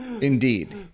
indeed